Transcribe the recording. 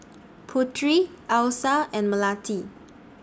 Putri Alyssa and Melati